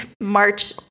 March